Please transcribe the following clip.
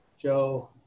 Joe